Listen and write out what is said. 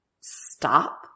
stop